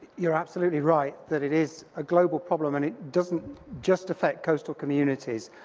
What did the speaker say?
you're absolutely right, that it is a global problem and it doesn't just affect coastal communities,